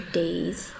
days